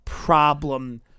Problem